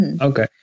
Okay